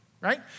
right